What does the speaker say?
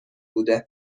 بوده